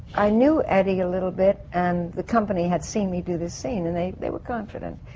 i knew eddie a little bit, and the company had seen me do this scene, and they. they were confident.